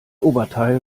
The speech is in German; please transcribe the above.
oberteil